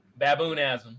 Baboonism